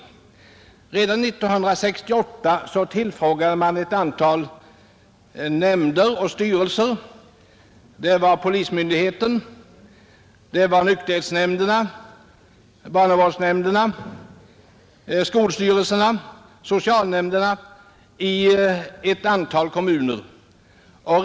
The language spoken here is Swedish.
År 1968 tillfrågade man ett antal nämnder och styrelser — polismyndigheter, nykterhetsnämnderna, barnavårdsnämnderna, skolstyrelserna och socialnämnderna — i ett antal kommuner om deras erfarenhet av mellanölet.